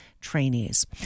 trainees